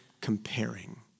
comparing